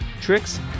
tricks